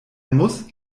muss